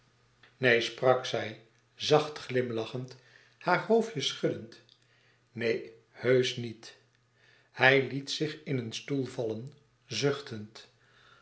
neen sprak zij zacht glimlachend haar hoofdje schuddend neen heusch niet hij liet zich in een stoel vallen zuchtend